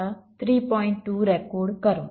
2 record કરો